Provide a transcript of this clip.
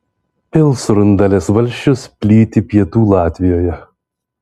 pilsrundalės valsčius plyti pietų latvijoje